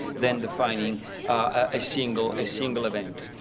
than defining a single a single event.